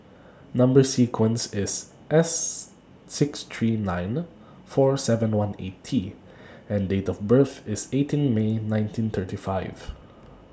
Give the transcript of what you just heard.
Number sequence IS S six three nine four seven one eight T and Date of birth IS eighteen May nineteen thirty five